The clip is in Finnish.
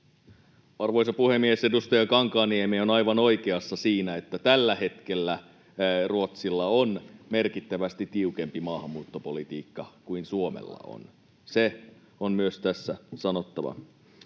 Arvoisa puhemies! Edustaja Kankaanniemi on aivan oikeassa siinä, että tällä hetkellä Ruotsilla on merkittävästi tiukempi maahanmuuttopolitiikka kuin Suomella on. Se on myös tässä sanottava.